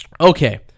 Okay